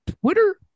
Twitter